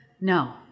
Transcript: No